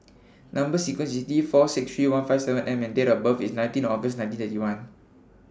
Number sequence IS T four six three one five seven M and Date of birth IS nineteenth August nineteen thirty one